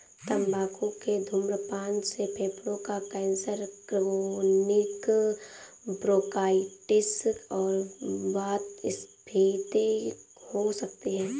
तंबाकू के धूम्रपान से फेफड़ों का कैंसर, क्रोनिक ब्रोंकाइटिस और वातस्फीति हो सकती है